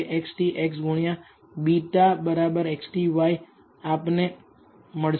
XT X ગુણ્યા β XTy આપને મળશે